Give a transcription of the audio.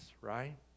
right